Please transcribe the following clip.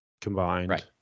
combined